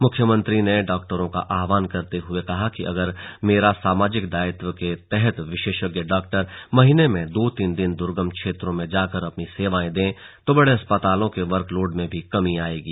मुख्यमंत्री ने डॉक्टरों का आह्वान करते हुए कहा कि अगर मेरा सामाजिक दायित्व के तहत विशेषज्ञ डॉक्टर महीने में दो तीन दिन दुर्गम क्षेत्रों में जाकर अपने सेवाएं दें तो बड़े अस्पतालों के वर्क लोड में भी कमी आयेगी